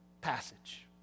passage